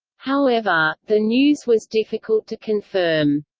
however, the news was difficult to confirm.